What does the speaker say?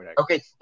Okay